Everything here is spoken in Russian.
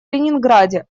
ленинграде